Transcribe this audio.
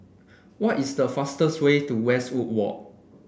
what is the fastest way to Westwood Walk